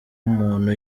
umuntu